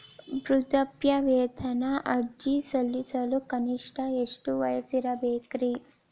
ವೃದ್ಧಾಪ್ಯವೇತನ ಅರ್ಜಿ ಸಲ್ಲಿಸಲು ಕನಿಷ್ಟ ಎಷ್ಟು ವಯಸ್ಸಿರಬೇಕ್ರಿ?